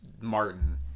Martin